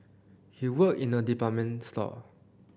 he worked in a department store